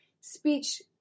speech